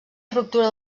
ruptura